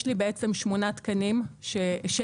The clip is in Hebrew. יש לי בעצם שמונה תקנים ששייכים,